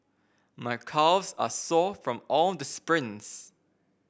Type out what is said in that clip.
my calves are sore from all the sprints